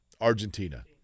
Argentina